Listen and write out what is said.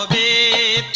a